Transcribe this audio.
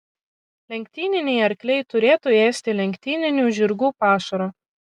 lenktyniniai arkliai turėtų ėsti lenktyninių žirgų pašarą